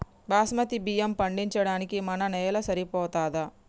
బాస్మతి బియ్యం పండించడానికి మన నేల సరిపోతదా?